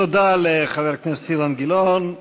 תודה לחבר הכנסת אילן גילאון.